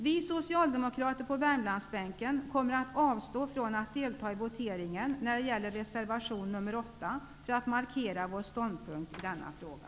Vi socialdemokrater på Värmlandsbänken kommer att avstå från att delta i voteringen när det gäller reservation nr 8 för att markera vår ståndpunkt i denna fråga.